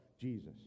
Jesus